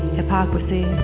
hypocrisy